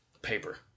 paper